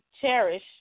cherish